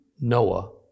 Noah